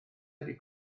ydy